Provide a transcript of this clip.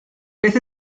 beth